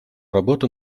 работа